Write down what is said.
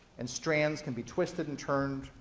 and strands can be twisted and turned,